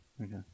Okay